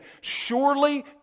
surely